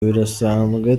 birasanzwe